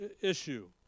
issue